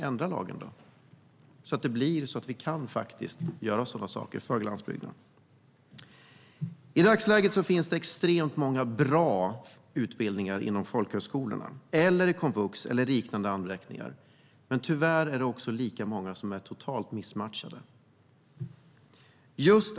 Ändra då lagen så att vi kan göra sådant här för landsbygden! I dagsläget finns det många bra utbildningar på folkhögskolor, komvux och liknande. Men tyvärr är lika många totalt missmatchade.